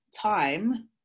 time